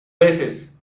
veces